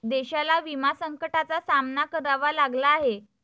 देशाला विमा संकटाचा सामना करावा लागला आहे